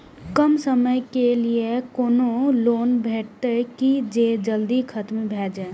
कम समय के लीये कोनो लोन भेटतै की जे जल्दी खत्म भे जे?